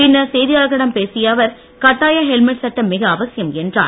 பின்னர் செய்தியாளர்களிடம் பேசிய அவர் கட்டாய ஹெல்மெட் சட்டம் மிக அவசியம் என்றார்